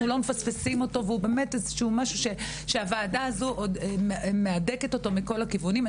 לא מפספסים אותו והוא באמת משהו שהוועדה הזו מהדקת אותו מכל הכיוונים.